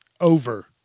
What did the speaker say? over